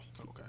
Okay